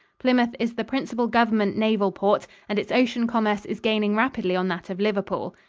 plymouth is the principal government naval port and its ocean commerce is gaining rapidly on that of liverpool.